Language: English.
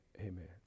amen